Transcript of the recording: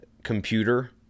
computer